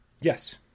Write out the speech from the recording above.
Yes